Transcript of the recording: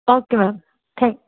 okay ma'am thank